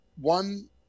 one